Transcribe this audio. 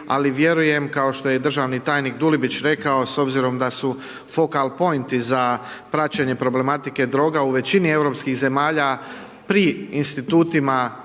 ali vjerujem, kao što je državni tajnik Dulibić rekao, s obzirom da su …/Govornik se ne razumije./ … za praćenje problematike droga u većini europskih zemalja pri institutima,